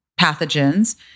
pathogens